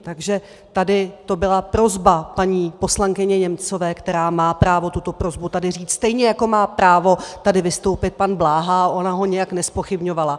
Takže tady to byla prosba paní poslankyně Němcové, která má právo tuto prosbu tady říct stejně, jako má právo tady vystoupit pan Bláha, a ona ho nijak nezpochybňovala.